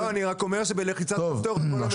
לא, אני רק אומר שבלחיצת כפתור כל המחיר יורד.